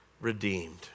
redeemed